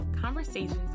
conversations